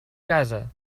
casa